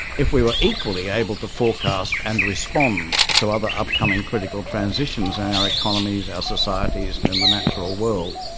if we were equally able to forecast and respond to other upcoming critical transitions in and our economies, our societies and and the natural world,